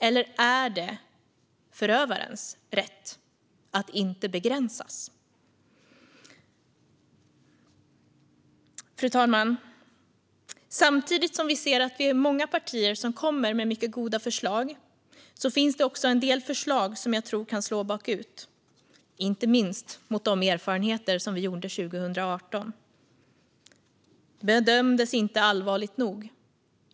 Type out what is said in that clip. Eller är det förövarens rätt att inte begränsas? Fru talman! Många partier kommer med goda förslag, men jag tror att en del förslag kan slå bakut, inte minst med tanke på de erfarenheter vi gjorde efter 2018 av att många fall inte bedömdes som allvarliga nog.